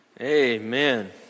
Amen